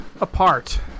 Apart